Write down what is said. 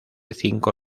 cinco